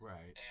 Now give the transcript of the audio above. Right